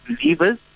believers